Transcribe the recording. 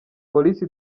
polisi